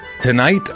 Tonight